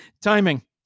Timing